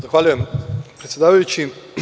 Zahvaljujem, predsedavajući.